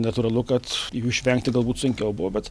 natūralu kad jų išvengti galbūt sunkiau buvo bet